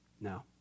No